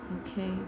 Okay